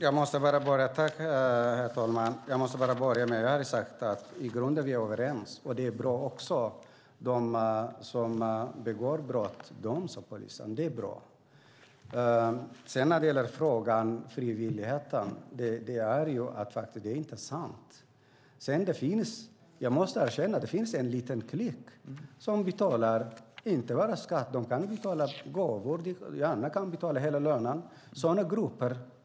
Herr talman! I grunden är vi överens, och det är bra. De som begår brott ska utredas av polisen. Det är bra. Det är inte sant att detta är frivilligt. Sedan måste jag erkänna att det finns en liten klick som inte bara betalar skatt. De kanske betalar hela lönen och ger gåvor.